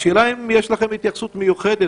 השאלה היא האם יש לכם התייחסות מיוחדת